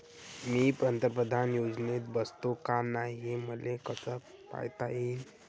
मी पंतप्रधान योजनेत बसतो का नाय, हे मले कस पायता येईन?